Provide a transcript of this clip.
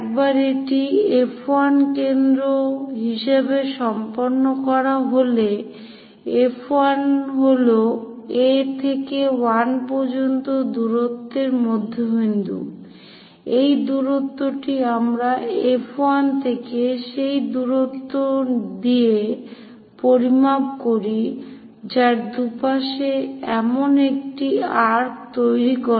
একবার এটি F1 কেন্দ্র হিসাবে সম্পন্ন করা হলে F1 হল A থেকে 1 পর্যন্ত দূরত্বের মধ্যবিন্দু এই দূরত্বটি আমরা F1 থেকে সেই দূরত্ব দিয়ে পরিমাপ করি যার দুপাশে এমন একটি আর্ক্ তৈরি করে